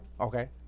Okay